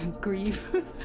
grieve